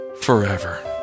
forever